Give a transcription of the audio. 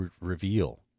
reveal